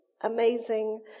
amazing